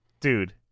Dude